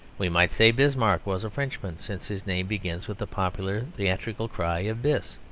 we might say bismarck was a frenchman, since his name begins with the popular theatrical cry of bis!